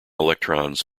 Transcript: electrons